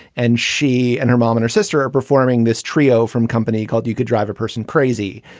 and she and her mom and her sister are performing this trio from company called you could drive a person crazy.